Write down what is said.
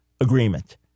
agreement